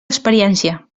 experiència